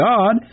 God